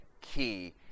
key